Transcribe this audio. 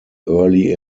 early